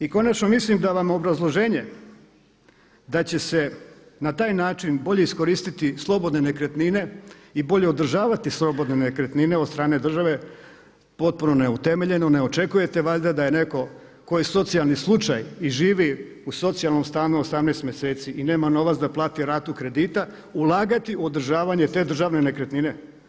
I konačno mislim da vam obrazloženje da će se na taj način bolje iskoristiti slobodne nekretnine i bolje održavati slobodne nekretnine od strane države potpuno neutemeljeno, ne očekujete valjda da je neko ko je socijalni slučaj i živi u socijalnom stanu 18 mjeseci i nema novac da plati ratu kredita ulagati u održavanje te državne nekretnine?